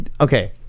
Okay